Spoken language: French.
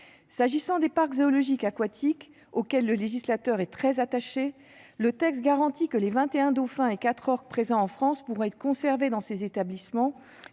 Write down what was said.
concerne les parcs zoologiques aquatiques, auxquels le législateur est très attaché, le texte garantit que les vingt et un dauphins et les quatre orques présents en France pourront être conservés dans ces établissements